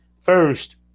first